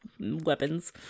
weapons